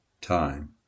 time